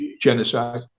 genocide